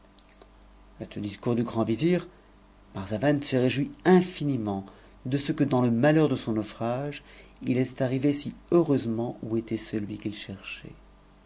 a ce discours du grand vizir marxavan se réjouit infiniment de ce m dans le malheur de son naufrage il était arrivé si heureusement où était celui qu'il cherchait